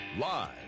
Live